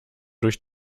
durch